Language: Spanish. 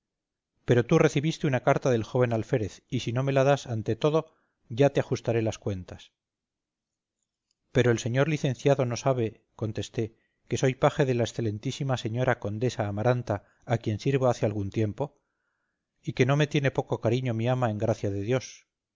pero tú recibiste una carta del joven alférez y si no me la das ante todo ya te ajustaré las cuentas pero el señor licenciado no sabe contesté que soy paje de la excelentísima señora condesa amaranta a quien sirvo hace algún tiempo y que no me tiene poco cariño mi ama en gracia de dios